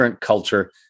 culture